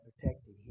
protected